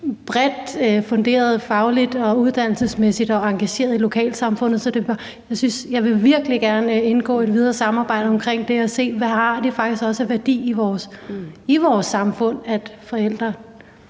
bredt funderet fagligt og uddannelsesmæssigt og engageret i lokalsamfundet. Så jeg vil virkelig gerne indgå i det videre samarbejde omkring det og se på, hvad det faktisk også har af værdi i vores samfund, at forældre